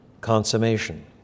consummation